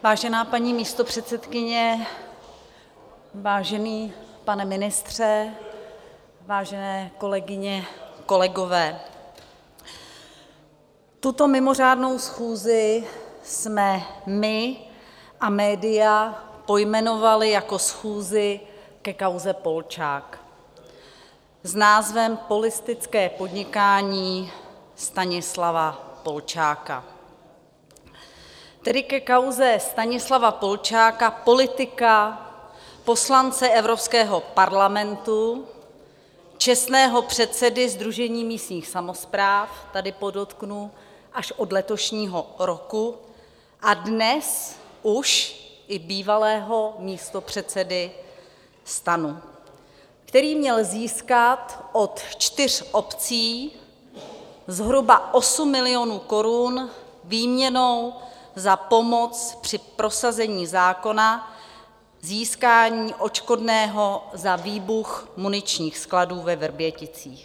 Vážená paní místopředsedkyně, vážený pane ministře, vážené kolegyně, kolegové, tuto mimořádnou schůzi jsme my a média pojmenovali jako schůzi ke kauze Polčák s názvem Politické podnikání Stanislava Polčáka, tedy ke kauze Stanislava Polčáka, politika, poslance Evropského parlamentu, čestného předsedy Sdružení místních samospráv, tady podotknu až od letošního roku, a dnes už i bývalého místopředsedy STAN, který měl získat od čtyř obcí zhruba 8 milionů korun výměnou za pomoc při prosazení zákona získání odškodného za výbuch muničních skladů ve Vrběticích.